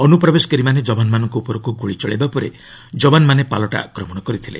ଅନୁପ୍ରବେଶକାରୀମାନେ ଯବାନମାନଙ୍କୁ ଉପରକୁ ଗୁଳି ଚଳାଇବା ପରେ ଯବାନମାନେ ପାଲଟା ଆକ୍ରମଣ କରିଥିଲେ